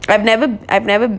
I've never I've never